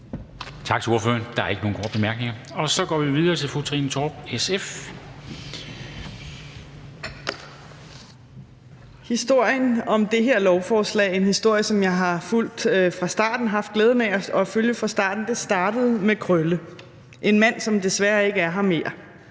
Tak til ordføreren. Der er ikke nogen korte bemærkninger. Og så går vi videre til fru Trine Torp, SF. Kl. 17:49 (Ordfører) Trine Torp (SF): Historien om det her lovforslag er en historie, som jeg har haft glæden af at følge fra starten. Det startede med Krølle – en mand, som desværre ikke er her mere.